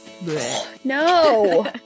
No